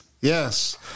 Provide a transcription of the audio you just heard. yes